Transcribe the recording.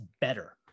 better